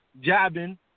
jabbing